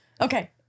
Okay